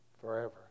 Forever